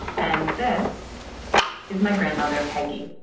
and this is my grandmother peggy.